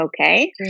Okay